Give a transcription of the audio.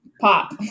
pop